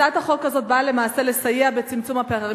הצעת החוק הזאת באה למעשה לסייע בצמצום הפערים